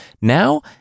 Now